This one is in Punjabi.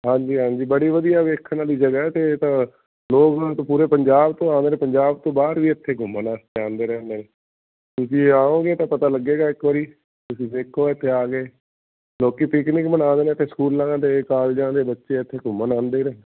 ਹਾਂਜੀ ਹਾਂਜੀ ਬੜੀ ਵਧੀਆ ਵੇਖਣ ਵਾਲੀ ਜਗ੍ਹਾ 'ਤੇ ਇਹ ਤਾਂ ਲੋਕ ਪੂਰੇ ਪੰਜਾਬ ਤੋਂ ਆਉਂਦੇ ਨੇ ਪੰਜਾਬ ਤੋਂ ਬਾਹਰ ਵੀ ਇੱਥੇ ਗੁੰਮਣ ਵਾਸਤੇ ਆਉਂਦੇ ਰਹਿੰਦੇ ਨੇ ਤੁਸੀਂ ਆਓਗੇ ਤਾਂ ਪਤਾ ਲੱਗੇਗਾ ਇੱਕ ਵਾਰੀ ਤੁਸੀਂ ਦੇਖੋ ਇੱਥੇ ਆ ਕੇ ਲੋਕ ਪਿਕਨਿਕ ਮਨਾਉਂਦੇ ਨੇ ਇੱਥੇ ਸਕੂਲਂ ਦੇ ਕਾਲਜਾਂ ਦੇ ਬੱਚੇ ਇੱਥੇ ਘੁੰਮਣ ਆਉਂਦੇ ਨੇ